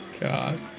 God